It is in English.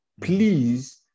Please